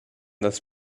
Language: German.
das